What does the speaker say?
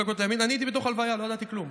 אני הייתי בתוך הלוויה, לא ידעתי כלום.